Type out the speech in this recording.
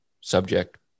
subject